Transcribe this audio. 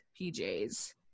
PJs